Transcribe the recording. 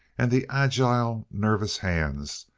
and the agile, nervous hands,